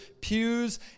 pews